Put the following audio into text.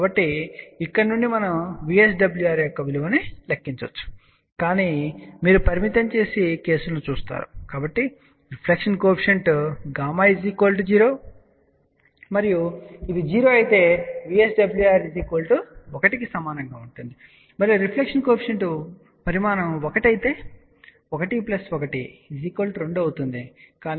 కాబట్టి ఇక్కడ నుండి మనం VSWR యొక్క విలువను లెక్కించవచ్చు కానీ మీరు పరిమితం చేసే కేసులను చూస్తారు కాబట్టి రిఫ్లెక్షన్ కోఎఫిషియంట్Γ 0 మరియు ఇది 0 అయితే VSWR 1 కి సమానంగా ఉంటుంది మరియు రిఫ్లెక్షన్ కోఎఫిషియంట్ పరిమాణం 1 అయితే 1 1 2 అవుతుంది కానీ 1 1 0